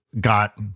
got